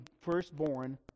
firstborn